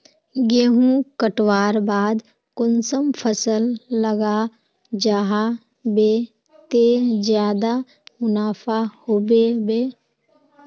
गेंहू कटवार बाद कुंसम फसल लगा जाहा बे ते ज्यादा मुनाफा होबे बे?